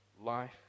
life